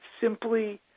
simply